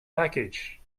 package